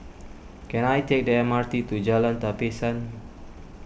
can I take the M R T to Jalan Tapisan